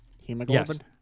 Hemoglobin